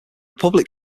public